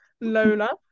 Lola